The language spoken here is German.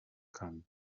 kann